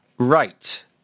Right